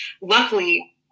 Luckily